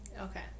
okay